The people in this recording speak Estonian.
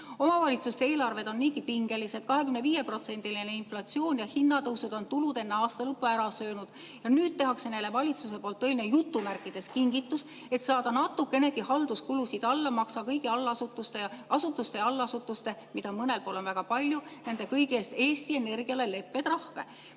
Omavalitsuste eelarved on niigi pingelised, 25%‑line inflatsioon ja hinnatõusud on tulud enne aasta lõppu ära söönud. Ja nüüd tehakse neile valitsuse poolt tõeline "kingitus": et saada natukenegi halduskulusid alla, maksa kõigi asutuste ja allasutuste eest, mida mõnel pool on väga palju, Eesti Energiale leppetrahve.